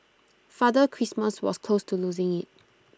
Father Christmas was close to losing IT